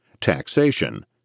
taxation